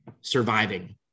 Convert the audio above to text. surviving